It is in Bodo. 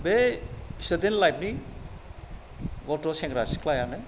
बे स्टुडेन्ट लाइफ नि गथ' सेंग्रा सिख्लायानो